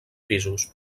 pisos